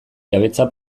jabetza